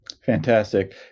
Fantastic